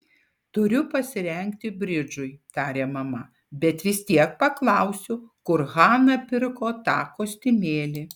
turiu pasirengti bridžui tarė mama bet vis tiek paklausiu kur hana pirko tą kostiumėlį